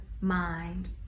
mind